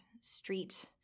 street